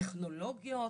טכנולוגיות,